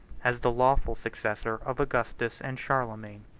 as the lawful successor of augustus and charlemagne.